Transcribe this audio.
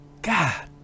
God